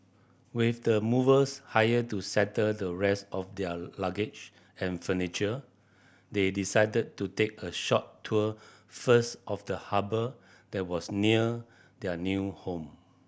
with the movers hired to settle the rest of their luggage and furniture they decided to take a short tour first of the harbour that was near their new home